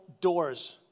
doors